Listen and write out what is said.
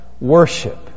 worship